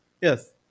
yes